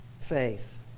faith